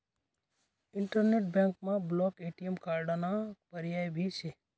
internet बँकमा block ATM कार्डाना पर्याय भी शे